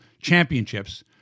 championships